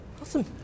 Awesome